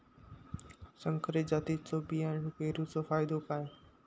संकरित जातींच्यो बियाणी पेरूचो फायदो काय?